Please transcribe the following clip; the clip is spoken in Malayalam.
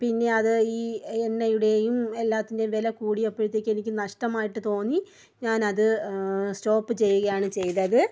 പിന്നെ അത് ഈ എണ്ണയുടെയും എല്ലാത്തിൻ്റെയും വില കൂടിയപ്പോഴത്തേക്ക് എനിക്ക് നഷ്ടമായിട്ട് തോന്നി ഞാനത് സ്റ്റോപ്പ് ചെയ്യുകയാണ് ചെയ്തത്